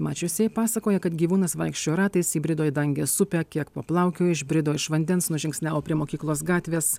mačiusieji pasakoja kad gyvūnas vaikščiojo ratais įbrido į dangės upę kiek paplaukiojo išbrido iš vandens nužingsniavo prie mokyklos gatvės